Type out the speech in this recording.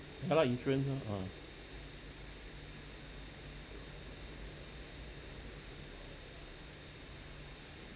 ya lah insurance lor ah